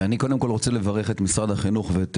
אני קודם כל רוצה לברך את משרד החינוך ואת